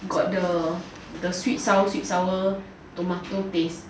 got the sweet sour sweet sour tomato taste